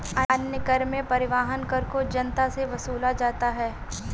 अन्य कर में परिवहन कर को जनता से वसूला जाता है